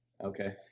Okay